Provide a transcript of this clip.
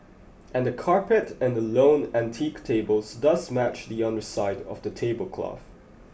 and the carpet and the lone antique table does match the underside of the tablecloth